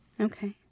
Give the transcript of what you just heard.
Okay